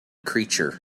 creature